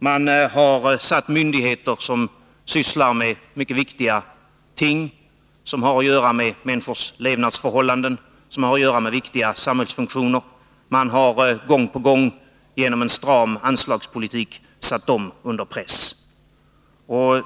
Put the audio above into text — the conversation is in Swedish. Man har satt myndigheter under press, vilka sysslar med mycket viktiga ting, som har att göra med människors levnadsförhållanden och med viktiga samhällsfunktioner. Man har gång på gång genom en stram anslagspolitik satt dem under press.